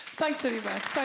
thanks very much,